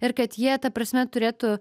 ir kad jie ta prasme turėtų